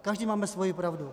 Každý máme svoji pravdu.